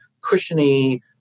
cushiony